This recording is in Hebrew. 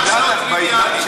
ממש לא טריוויאלי.